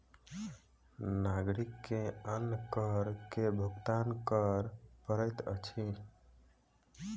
नागरिक के अन्य कर के भुगतान कर पड़ैत अछि